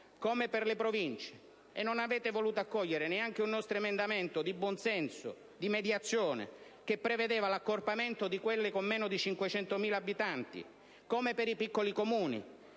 come per le Province, rispetto a cui non avete voluto accogliere neanche un nostro emendamento di buon senso e mediazione che prevedeva l'accorpamento di quelle con meno di 500.000 abitanti, o per i piccoli Comuni,